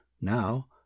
Now